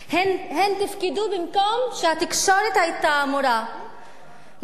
הן תפקדו במקום שהתקשורת היתה אמורה לתפקד,